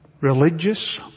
religious